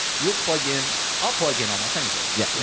you'll plug in i'll plug in almost anything. yeah. well,